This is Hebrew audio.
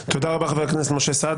תודה רבה, חבר הכנסת משה סעדה.